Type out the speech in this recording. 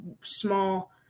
small